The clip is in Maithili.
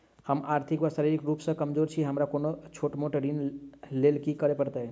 हम आर्थिक व शारीरिक रूप सँ कमजोर छी हमरा कोनों छोट मोट ऋण लैल की करै पड़तै?